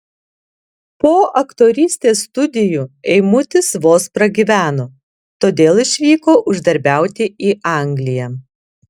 po aktorystės studijų eimutis vos pragyveno todėl išvyko uždarbiauti į angliją